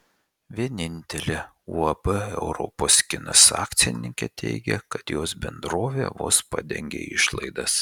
vienintelė uab europos kinas akcininkė teigia kad jos bendrovė vos padengia išlaidas